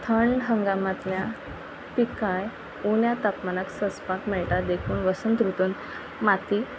थंड हंगामांतल्या पिकाय उण्या तापमानाक ससपाक मेळटा देखून वसंत ऋतून माती